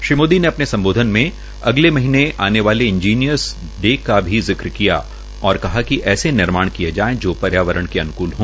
श्री मोदी ने अपने सम्बोधन में अगले महीने आने वाले इंजीनियर्स डे का जिक्र करते हए कहा कि ऐसे निर्माण किये जाये जो पर्यावरण के अनुकूल हो